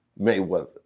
Mayweather